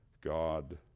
God